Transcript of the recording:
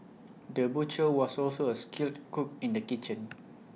the butcher was also A skilled cook in the kitchen